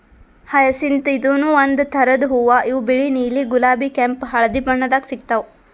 hyacinth ಇದೂನು ಒಂದ್ ಥರದ್ ಹೂವಾ ಇವು ಬಿಳಿ ನೀಲಿ ಗುಲಾಬಿ ಕೆಂಪ್ ಹಳ್ದಿ ಬಣ್ಣದಾಗ್ ಸಿಗ್ತಾವ್